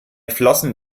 flossen